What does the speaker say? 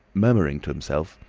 murmuring to himself,